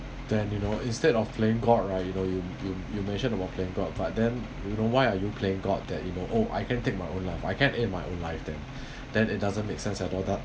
then you know instead of praying god right you know you you mention about praying god but then you know why are you praying god that you know oh I can't take my own life I can't end my own life then then it doesn't make sense at all that